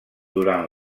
durant